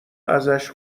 ازش